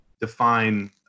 define